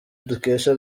dukesha